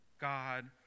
God